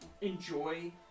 enjoy